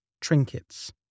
trinkets